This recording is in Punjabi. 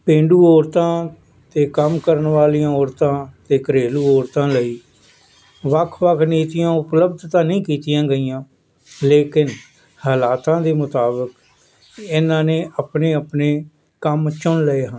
ਪੇਂਡੂ ਔਰਤਾਂ ਅਤੇ ਕੰਮ ਕਰਨ ਵਾਲੀਆਂ ਔਰਤਾਂ ਅਤੇ ਘਰੇਲੂ ਔਰਤਾਂ ਲਈ ਵੱਖ ਵੱਖ ਨੀਤੀਆਂ ਉਪਲੱਬਧ ਤਾਂ ਨਹੀਂ ਕੀਤੀਆਂ ਗਈਆਂ ਲੇਕਿਨ ਹਾਲਾਤਾਂ ਦੇ ਮੁਤਾਬਿਕ ਇਨ੍ਹਾਂ ਨੇ ਆਪਣੇ ਆਪਣੇ ਕੰਮ ਚੁਣ ਲਏ ਹਨ